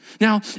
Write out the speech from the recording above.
Now